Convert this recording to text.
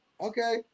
Okay